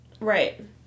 Right